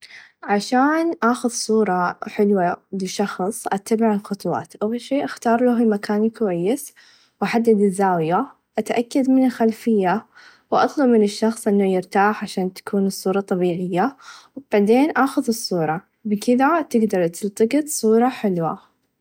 عشان آخذ صوره حلوه لشخص أتبع الخطوات أول شئ أختار له المكان الكويس و أحدد الزاويه و أتكد من الخلفيه و أطلب من الشخص إنه يرتاح عشان تكون الصوره طبيعيه و بعدين آخذ الصوره بكذه تقدر تلتقط صوره حلوه.